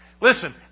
Listen